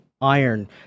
iron